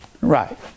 Right